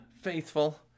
faithful